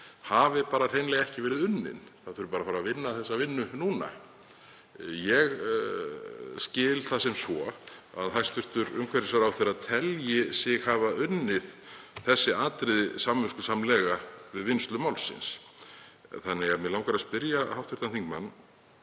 hafi hreinlega ekki verið unnin og það þurfi bara að fara að vinna þessa vinnu núna. Ég skil það sem svo að hæstv. umhverfisráðherra telji sig hafa unnið þessi atriði samviskusamlega við vinnslu málsins. Mig langar að spyrja hv. þingmann